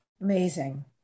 Amazing